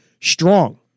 strong